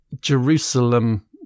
Jerusalem